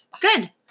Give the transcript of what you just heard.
Good